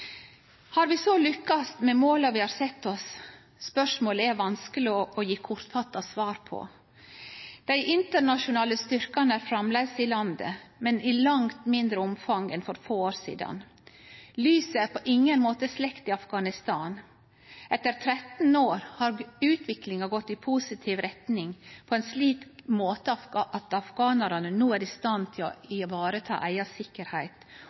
Har vi så lykkast med måla vi har sett oss? Spørsmålet er vanskeleg å gje kortfatta svar på. Dei internasjonale styrkane er framleis i landet, men i langt mindre omfang enn for få år sidan. Lyset er på ingen måte sløkt i Afghanistan. Etter 13 år har utviklinga gått i positiv retning på ein slik måte at afghanarane no er i stand til vareta eiga sikkerheit